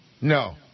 No